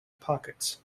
pockets